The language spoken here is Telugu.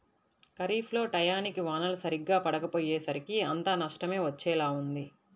ఖరీఫ్ లో టైయ్యానికి వానలు సరిగ్గా పడకపొయ్యేసరికి అంతా నష్టమే వచ్చేలా ఉంది